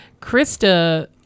Krista